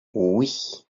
oui